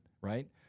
right